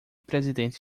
presidente